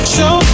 Show